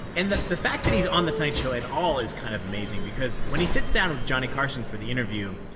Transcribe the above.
and the the fact that he's on the tonight show at all is kind of amazing because when he sits down with johnny carson for the interview,